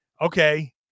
okay